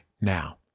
now